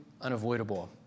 unavoidable